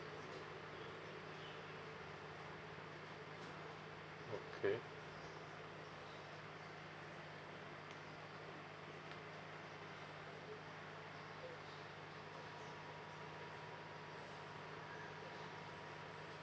okay